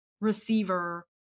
receiver